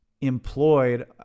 employed